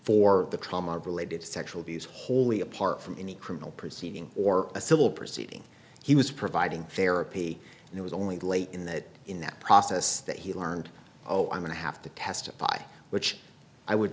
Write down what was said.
for the trauma related sexual abuse wholly apart from any criminal proceeding or a civil proceeding he was providing therapy and it was only late in that in that process that he learned oh i'm going to have to testify which i would